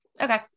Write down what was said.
Okay